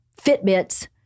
Fitbits